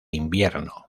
invierno